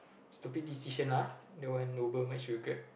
stupid decision lah Uber merge with Grab